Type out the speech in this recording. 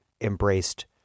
embraced